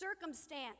circumstance